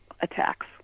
attacks